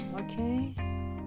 okay